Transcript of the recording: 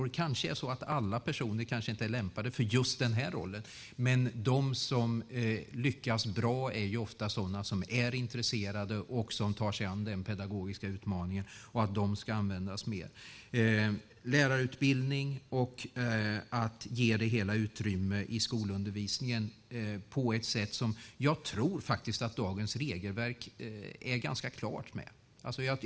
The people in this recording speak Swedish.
Det kanske är så att alla personer inte är lämpade för just den här rollen. De som lyckas bra är oftast sådana som är intresserade och tar sig an den här pedagogiska utmaningen. De ska användas mer. Det handlar om lärarutbildning och att ge det hela utrymme i skolundervisningen på ett sätt som jag faktiskt tror att dagens regelverk är ganska tydligt med att ange.